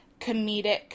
comedic